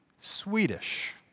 Swedish